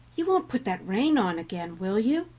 you won't put that rein on again, will you?